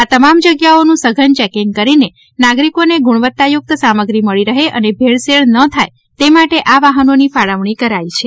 આ તમામ જગ્યાઓનું સઘન ચેકિંગ કરીને નાગરિકોને વસ્તુ ગુજ઼વત્તાયુક્ત સામગ્રી મળી રહે અને ભેળસેળ ન થાય તે માટે આ વાહનોની ફાળલણી કરાઇ છે